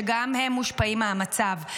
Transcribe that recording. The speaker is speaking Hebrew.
שגם הם מושפעים מהמצב.